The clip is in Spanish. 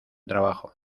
trabajo